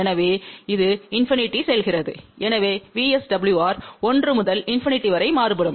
எனவே அது இண்பிநிடிக்குச் செல்கிறது எனவே VSWR 1 முதல் இண்பிநிடி வரை மாறுபடும்